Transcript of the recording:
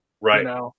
Right